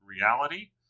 reality